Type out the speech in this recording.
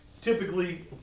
Typically